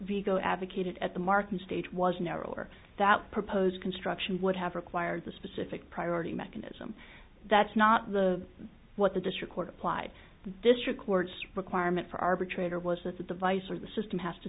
vigo advocated at the markham stage was narrower that proposed construction would have required the specific priority mechanism that's not the what the district court applied the district courts requirement for arbitrator was that the device or the system has to